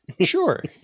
Sure